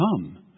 come